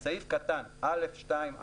(1)בסעיף קטן (א)(2)(א),